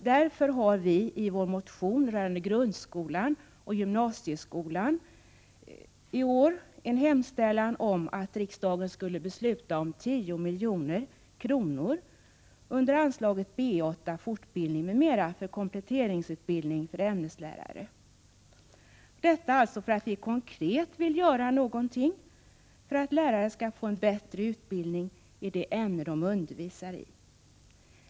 Därför har vi i årets motion rörande grundskolan och gymnasieskolan en hemställan om att riksdagen skall besluta om 10 milj.kr. under anslaget B 8 Fortbildning m.m., för kompletterande undervisning för ämneslärare — detta för att vi konkret vill göra något för att lärare skall få en bättre utbildning i det ämne som de undervisar i.